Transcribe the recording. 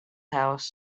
house